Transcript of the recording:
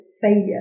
failure